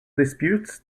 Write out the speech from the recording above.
disputes